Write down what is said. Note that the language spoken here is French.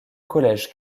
collège